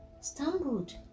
stumbled